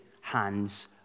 hands